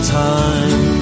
time